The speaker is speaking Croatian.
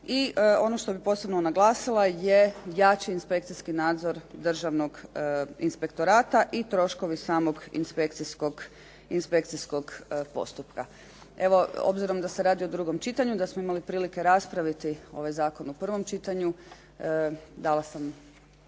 I ono što bih posebno naglasila je jači inspekcijski nadzor Državnog inspektora i troškovi samog inspekcijskog postupka. Evo, obzirom da se radi o drugom čitanju, da smo imali prilike raspraviti ovaj zakon u prvom čitanju dala sam